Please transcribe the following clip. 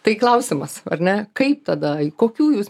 tai klausimas ar ne kaip tada kokių jūs